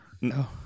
no